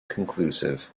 conclusive